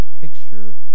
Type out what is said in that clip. picture